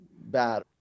bad